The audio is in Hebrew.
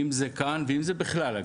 אם זה כאן ואם זה בכלל אגב,